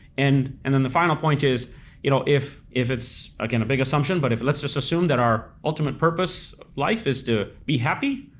and and then the final point is you know if if it's again, a big assumption, but let's just assume that our ultimate purpose of life is to be happy,